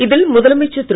இதில் முதலமைச்சர் திரு